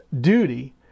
duty